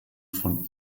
von